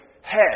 head